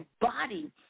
body